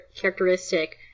characteristic